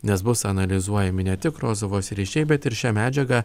nes bus analizuojami ne tik rozovos ryšiai bet ir šią medžiagą